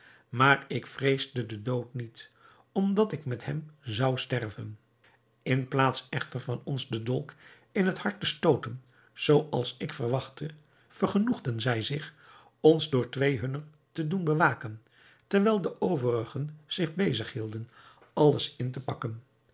maar ik vreesde den dood niet omdat ik met hem zou sterven in plaats echter van ons den dolk in het hart te stooten zooals ik verwachtte vergenoegden zij zich ons door twee hunner te doen bewaken terwijl de overigen zich bezig hielden alles in te pakken